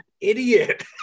idiot